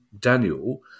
Daniel